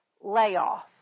layoff